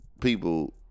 people